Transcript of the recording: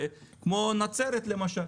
כמו נצרת למשל.